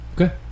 okay